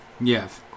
Yes